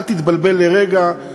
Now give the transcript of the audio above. אל תתבלבל לרגע,